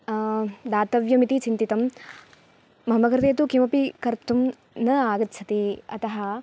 दातव्यम् इति चिन्तितम् मम कृते तु किमपि कर्तुं न आगच्छति अतः